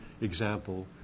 example